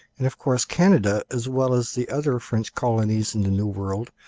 and of course canada, as well as the other french colonies in the new world,